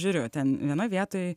žiūriu ten vienoj vietoj